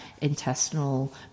intestinal